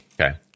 Okay